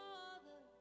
Father